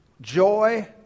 joy